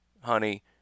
honey